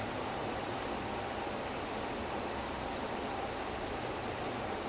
so it's it's like instead of milk or they like just mix it with milk